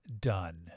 done